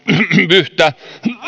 yhtä